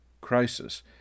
crisis